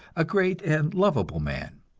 a great and lovable man.